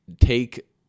take